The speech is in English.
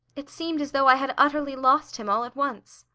it seemed as though i had utterly lost him all at once.